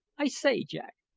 i say, jack,